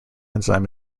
enzyme